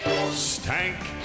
stank